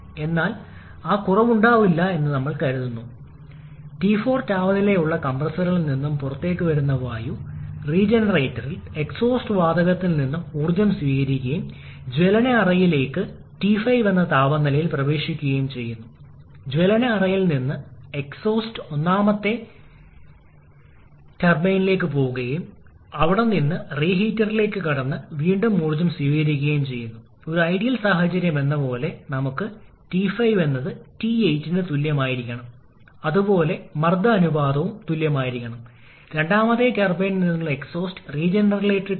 അതിനാൽ അവിടെ നിന്ന് നമ്മൾ നേടാൻ പോകുന്നു 𝑇2𝑠 525 𝐾 കംപ്രസ്സർ കാര്യക്ഷമതയുടെ നിർവ്വചനം നമ്മൾ ഉപയോഗിക്കുന്നു ഇത് കംപ്രസ്സറിന് അനുയോജ്യമായ വർക്ക് ആവശ്യകതയുടെ അനുപാതമാണ് ഇത് യഥാർത്ഥ വർക്ക് ആവശ്യകതയുമായി വരും അവിടെ നിന്ന് നമുക്ക് ലഭിക്കും T2𝑎 584 അതിനാൽ ഇത് അറിഞ്ഞുകഴിഞ്ഞാൽ കംപ്രഷൻ പ്രക്രിയയുടെ നിർദ്ദിഷ്ട ജോലി ആവശ്യകത ഇതായിരിക്കണമെന്ന് നമ്മൾക്ക് പറയാൻ കഴിയും 𝑤𝑐 𝑐𝑝 𝑐 𝑇2 − 𝑇1 295